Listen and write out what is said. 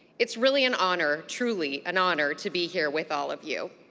it's really an honor, truly an honor, to be here with all of you.